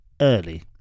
early